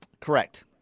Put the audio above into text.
Correct